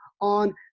on